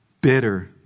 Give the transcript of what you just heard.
bitter